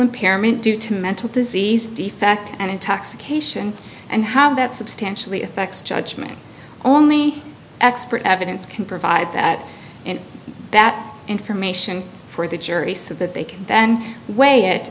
impairment due to mental disease defect and intoxication and how that substantially affects judgment only expert evidence can provide that information for the jury so that they can then way it